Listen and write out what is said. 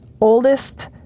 oldest